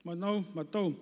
manau matau